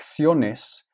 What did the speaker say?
acciones